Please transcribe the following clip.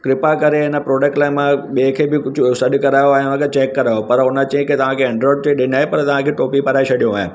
कृपा करे हिन प्रोडक्ट लाइ मां ॿिए खे बि कुझु सॾु करायो आहे हुन चैक करायो पर हुन चई की तव्हांखे एंड्राइड चई ॾिने पर तव्हांखे टोपी पराए छॾियो आहे